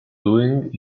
doing